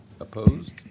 Opposed